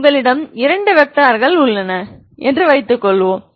உங்களிடம் இரண்டு வெக்டார்கள் உள்ளன என்று வைத்துக்கொள்வோம்